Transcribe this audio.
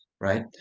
right